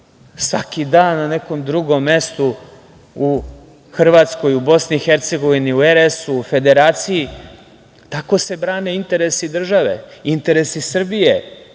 svaki dan na nekom drugom mestu u Hrvatskoj u BiH, u RS, u Federaciji. Tako se brane interesi države, interesi Srbije,